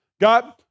God